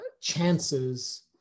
chances